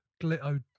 glitter